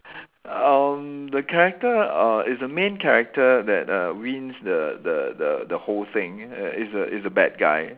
um the character uh is the main character that uh wins the the the the whole thing ya is a is a bad guy